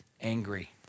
angry